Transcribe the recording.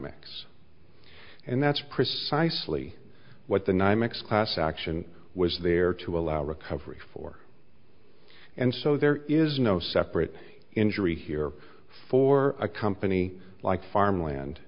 ex and that's precisely what the nymex class action was there to allow recovery for and so there is no separate injury here for a company like farmland